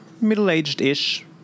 Middle-aged-ish